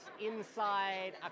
inside